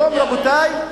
רבותי,